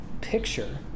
picture